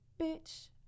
bitch